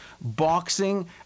boxing